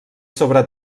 sobre